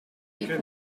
equal